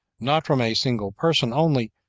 not from a single person only,